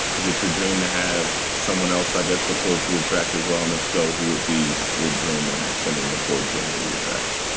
is it your dream to have someone else, i guess, record to your tracks as well? and if so, who would be your dream to have someone record to any of your tracks?